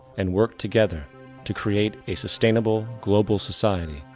and work together to create a sustainable, global society,